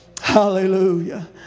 Hallelujah